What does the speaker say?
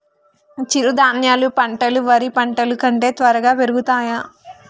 చిరుధాన్యాలు పంటలు వరి పంటలు కంటే త్వరగా పెరుగుతయా?